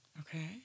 Okay